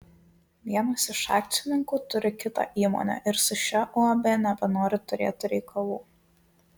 vienas iš akcininkų turi kitą įmonę ir su šia uab nebenori turėti reikalų